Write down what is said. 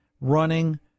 running